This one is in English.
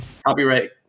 copyright